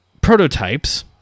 prototypes